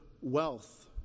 wealth